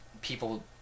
people